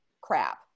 crap